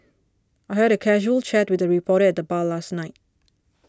I had a casual chat with a reporter at the bar last night